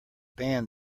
banned